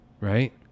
right